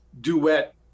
duet